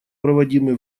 проводимый